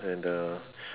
and the